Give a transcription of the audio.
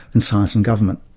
and science and government.